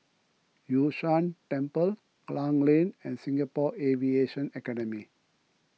Yun Shan Temple Klang Lane and Singapore Aviation Academy